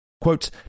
Quote